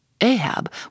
Ahab